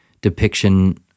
depiction